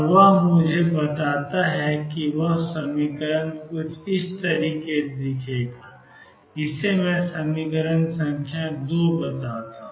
और वह मुझे बताता है Cβsin βL2 αAe αL2 वह मेरा समीकरण संख्या 2 है